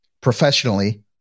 professionally